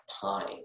time